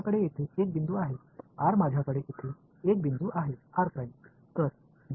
மாணவர் எனவே அது கிட்டத்தட்ட சரியானது எனவே இங்கே என்ன நடக்கிறது என்று பாருங்கள்